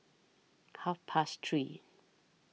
Half Past three